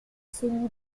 sonny